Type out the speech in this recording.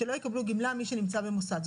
שמי שנמצא במוסד לא יקבל גמלה,